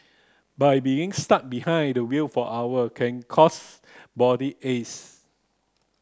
but being stuck behind the wheel for hours can cause body aches